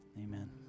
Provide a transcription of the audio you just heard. amen